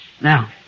Now